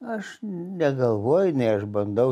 aš negalvoju nei aš bandau